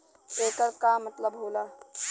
येकर का मतलब होला?